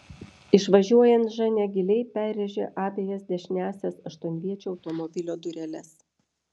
išvažiuojant ženia giliai perrėžė abejas dešiniąsias aštuonviečio automobilio dureles